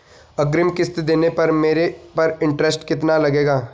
अग्रिम किश्त देने पर मेरे पर इंट्रेस्ट कितना लगेगा?